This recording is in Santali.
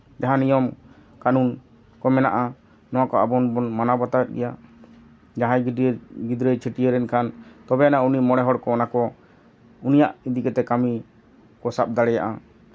ᱡᱟᱦᱟᱸ ᱱᱤᱭᱚᱢ ᱠᱟᱹᱱᱩᱱ ᱠᱚ ᱢᱮᱱᱟᱜᱼᱟ ᱱᱚᱣᱟ ᱠᱚ ᱟᱵᱚᱱ ᱵᱚᱱ ᱢᱟᱱᱟᱣ ᱵᱟᱛᱟᱣ ᱮᱫ ᱜᱮᱭᱟ ᱡᱟᱦᱟᱸᱭ ᱡᱩᱫᱤ ᱜᱤᱫᱽᱨᱟᱹᱭ ᱪᱷᱟᱹᱴᱭᱟᱹᱨᱮ ᱮᱱᱠᱷᱟᱱ ᱛᱚᱵᱮ ᱟᱱᱟᱜ ᱩᱱᱤ ᱢᱚᱬᱮ ᱦᱚᱲᱠᱚ ᱚᱱᱟ ᱠᱚ ᱩᱱᱤᱭᱟᱜ ᱤᱫᱤ ᱠᱟᱛᱮᱫ ᱠᱟᱹᱢᱤ ᱠᱚ ᱥᱟᱵ ᱫᱟᱲᱮᱭᱟᱜᱼᱟ